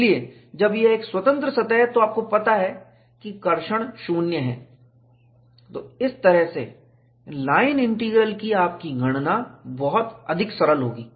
इसलिए जब यह एक स्वतंत्र सतह है तो आपको पता है कि कर्षण ट्रैक्शन शून्य है तो इस तरह से लाइन इंटीग्रल की आपकी गणना बहुत अधिक सरल होगी